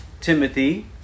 Timothy